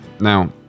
Now